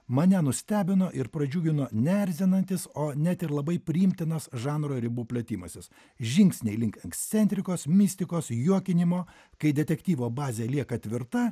mane nustebino ir pradžiugino neerzinantis o net ir labai priimtinas žanro ribų plėtimasis žingsniai link ekscentrikos mistikos juokinimo kai detektyvo bazė lieka tvirta